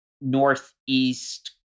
northeast